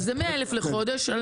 אז זה 100,000 לחודש.